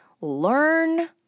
learn